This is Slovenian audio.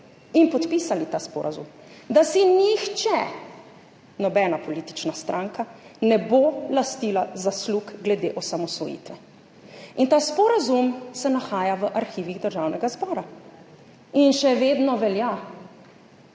in podpisali ta sporazum, da si nihče, nobena politična stranka ne bo lastila zaslug glede osamosvojitve. Ta sporazum se nahaja v arhivih Državnega zbora in še vedno velja.